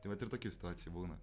tai vat ir tokių situacijų būna